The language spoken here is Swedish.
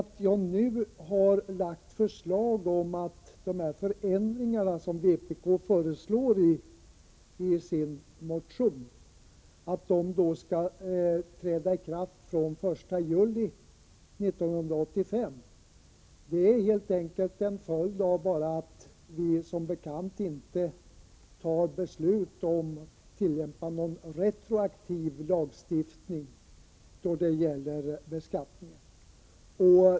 Att jag nu har föreslagit att de förändringar som vpk föreslår i sin motion skall träda i kraft den 1 juli 1985 är helt enkelt en följd av att riksdagen som bekant inte fattar beslut om tillämpande av retroaktiv lagstiftning när det gäller beskattningen.